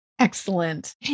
Excellent